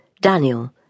Daniel